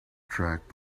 track